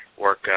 work